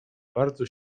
bardzo